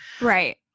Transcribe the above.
right